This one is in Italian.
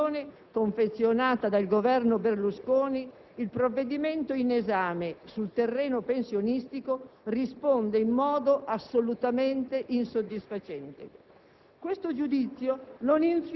Purtroppo, alla provocazione confezionata dal Governo Berlusconi il provvedimento in esame, sul terreno pensionistico, risponde in modo assolutamente insoddisfacente.